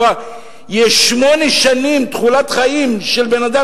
יש פער של שמונה שנים בתוחלת החיים בין אדם